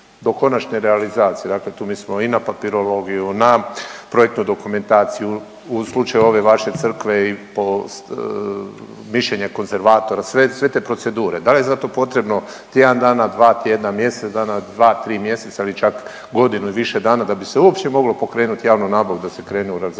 do konačne realizacije, dakle tu mislimo i na papirologiju, na projektnu dokumentaciju u slučaju ove vaše Crkve i mišljenje konzervatora sve te procedure, da li je za to potrebno tjedan dana, dva tjedna, mjesec dana, dva, tri mjeseca ili čak godinu ili više dana da bi se uopće moglo poreknuti javnu nabavu da se krene u realizaciju